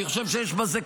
אני חושב שיש בזה,